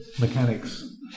mechanics